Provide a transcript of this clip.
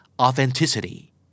authenticity